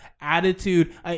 attitude